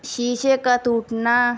شیشے کا ٹوٹنا